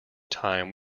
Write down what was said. time